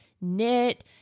knit